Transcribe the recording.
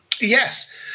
yes